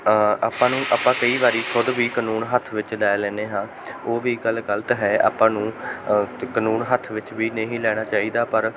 ਆਪਾਂ ਨੂੰ ਆਪਾਂ ਕਈ ਵਾਰ ਖੁਦ ਵੀ ਕਾਨੂੰਨ ਹੱਥ ਵਿੱਚ ਲੈ ਲੈਂਦੇ ਹਾਂ ਉਹ ਵੀ ਗੱਲ ਗਲਤ ਹੈ ਆਪਾਂ ਨੂੰ ਕਾਨੂੰਨ ਹੱਥ ਵਿੱਚ ਵੀ ਨਹੀਂ ਲੈਣਾ ਚਾਹੀਦਾ ਪਰ